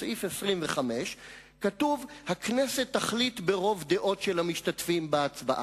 בסעיף 25 כתוב: "הכנסת תחליט ברוב דעות של המשתתפים בהצבעה".